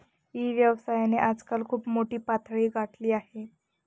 E व्यवसायाने आजकाल खूप मोठी पातळी गाठली आहे